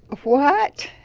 what?